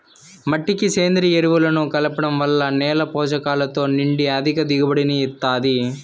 మట్టికి సేంద్రీయ ఎరువులను కలపడం వల్ల నేల పోషకాలతో నిండి అధిక దిగుబడిని ఇస్తాది